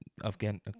again